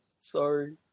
Sorry